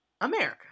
America